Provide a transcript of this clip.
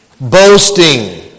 boasting